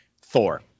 Thor